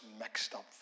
mixed-up